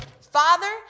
Father